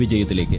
വിജയത്തിലേക്ക്